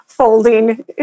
folding